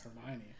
Hermione